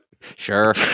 Sure